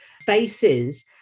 spaces